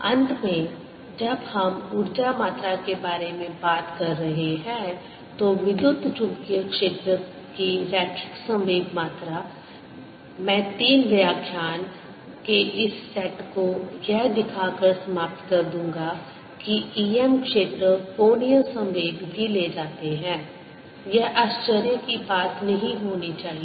अंत में जब हम ऊर्जा मात्रा के बारे में बात कर रहे हैं तो विद्युत चुम्बकीय क्षेत्र की रैखिक संवेग मात्रा मैं तीन व्याख्यान के इस सेट को यह दिखा कर समाप्त कर दूंगा कि EM क्षेत्र कोणीय संवेग भी ले जाते हैं यह आश्चर्य की बात नहीं होनी चाहिए